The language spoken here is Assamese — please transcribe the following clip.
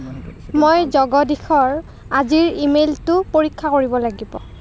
মই জগদীশৰ আজিৰ ইমেইলটো পৰীক্ষা কৰিব লাগিব